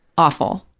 awful,